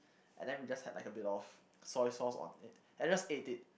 and then we just had a bit of soy sauce on it and we just ate it